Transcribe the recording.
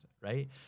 Right